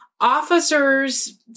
officers